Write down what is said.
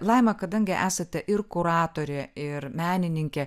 laima kadangi esate ir kuratorė ir menininkė